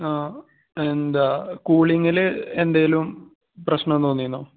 ആ എന്താ കൂളിങ്ങിൽ എന്തെങ്കിലും പ്രശ്നം തോന്നിയിരുന്നോ